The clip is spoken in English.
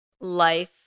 life